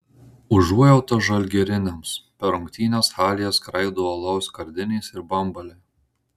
užuojauta žalgiriniams per rungtynes halėje skraido alaus skardinės ir bambaliai